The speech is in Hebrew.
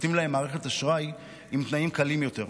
נותנים להם מערכת אשראי עם תנאים קלים יותר.